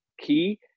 key